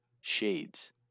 Shades